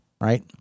right